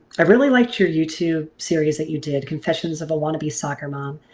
i really liked your youtube series that you did, confessions of a wannabe soccer mom.